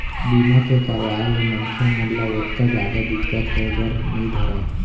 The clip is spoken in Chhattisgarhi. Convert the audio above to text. बीमा के करवाय ले मनखे मन ल ओतका जादा दिक्कत होय बर नइ धरय